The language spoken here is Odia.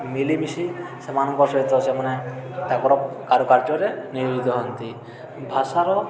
ମିଳିମିଶି ସେମାନଙ୍କ ସହିତ ସେମାନେ ତାଙ୍କର କାରୁକାର୍ଯ୍ୟରେ ନିୟୋଜିତ ହଅନ୍ତି ଭାଷାର